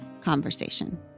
conversation